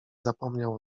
zapomniał